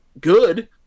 good